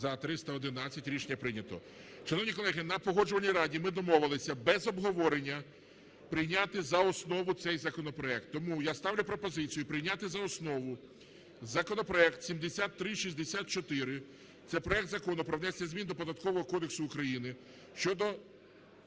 За-311 Рішення прийнято. Шановні колеги, на Погоджувальній раді ми домовилися без обговорення прийняти за основу цей законопроект, тому я ставлю пропозицію прийняти за основу законопроект 7364. Це проект Закону про внесення змін до Податкового